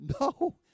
no